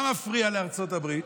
מה מפריע לארצות הברית?